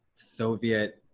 soviet,